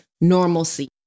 normalcy